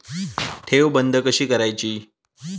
ठेव बंद कशी करायची?